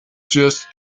just